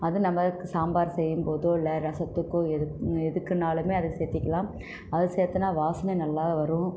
அதுவும் சாம்பார் செய்யும் போதோ இல்லை ரசத்துக்கோ எடுத்து எதுக்குன்னாலுமே அதை சேர்த்திக்கலாம் அதை சேர்த்தன்னா வாசனை நல்லா வரும்